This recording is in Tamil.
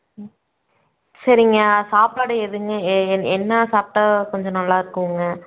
ம் சரிங்க சாப்பாடு எதுங்க எ எ என்ன சாப்பிட்டா கொஞ்சம் நல்லாயிருக்குங்க